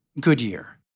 Goodyear